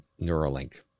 Neuralink